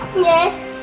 yes.